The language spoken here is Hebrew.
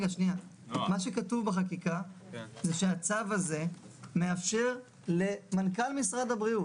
שכתוב בחקיקה הוא שהצו הזה מאפשר למנכ"ל משרד הבריאות,